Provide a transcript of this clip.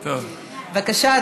בבקשה,